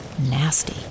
nasty